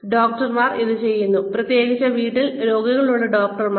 ഡോക്ടർമാർ ഇത് ചെയ്യുന്നു പ്രത്യേകിച്ച് വീട്ടിൽ രോഗികളുള്ള ഡോക്ടർമാർ